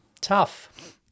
tough